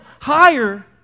higher